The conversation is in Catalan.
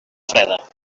freda